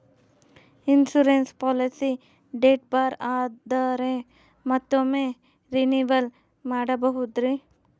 Insurance policy date ಬಾರ್ ಆದರೆ ಮತ್ತೊಮ್ಮೆ ರಿನಿವಲ್ ಮಾಡಬಹುದ್ರಿ?